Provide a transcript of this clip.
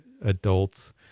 adults